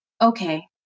Okay